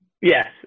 Yes